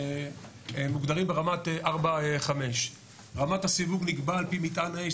הם מוגדרים ברמת 4-5. רמת הסיווג נקבעת על פי מטען האש,